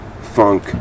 funk